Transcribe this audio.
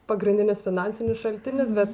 pagrindinis finansinis šaltinis bet